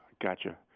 Gotcha